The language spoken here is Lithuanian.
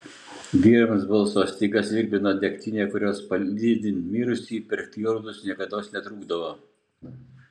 vyrams balso stygas virpino degtinė kurios lydint mirusįjį per fjordus niekados netrūkdavo